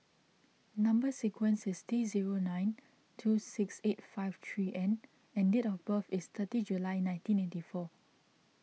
Number Sequence is T zero nine two six eight five three N and date of birth is thirty July nineteen eighty four